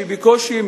בקושי,